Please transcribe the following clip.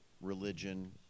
religion